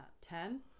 Ten